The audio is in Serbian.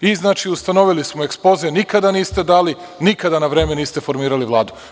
I, znači, ustanovili smo – ekspoze nikada niste dali, nikada na vreme niste formirali Vladu.